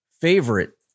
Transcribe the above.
favorite